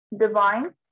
Divine